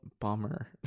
bummer